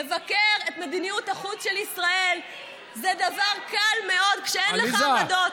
לבקר את מדיניות החוץ של ישראל זה דבר קל מאוד כשאין לך עמדות.